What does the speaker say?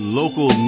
local